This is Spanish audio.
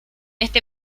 este